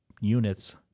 units